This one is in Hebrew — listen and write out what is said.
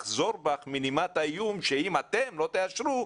לחזור בך מנימת האיום שאם אתם לא תאשרו,